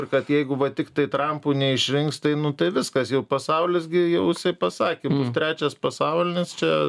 ir kad jeigu va tiktai trampo neišrinks tai nu tai viskas jau pasaulis gi jau jisai pasakė bus trečias pasaulinis čia